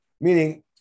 meaning